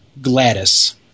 Gladys